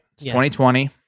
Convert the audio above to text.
2020